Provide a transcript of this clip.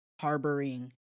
harboring